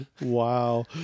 Wow